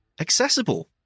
accessible